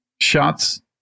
shots